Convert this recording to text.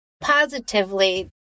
positively